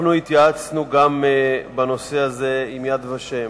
התייעצנו בנושא הזה גם עם "יד ושם".